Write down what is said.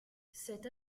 cette